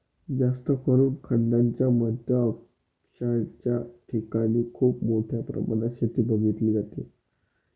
जास्तकरून खंडांच्या मध्य अक्षांशाच्या ठिकाणी खूप मोठ्या प्रमाणात शेती बघितली जाते